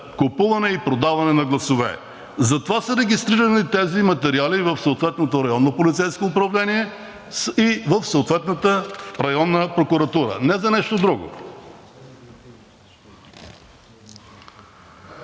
купуване и продаване на гласове. Затова са регистрирани тези материали в съответното районно полицейско управление и в съответната районна прокуратура – не за нещо друго.